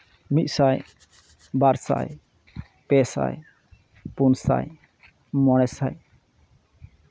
ᱢᱤᱫ ᱥᱟᱭ ᱵᱟᱨ ᱥᱟᱭ ᱯᱮ ᱥᱟᱭ ᱯᱩᱱ ᱥᱟᱭ ᱢᱚᱬᱮ ᱥᱟᱭ